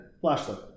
flashlight